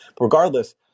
Regardless